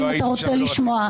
אם אתה רוצה לשמוע.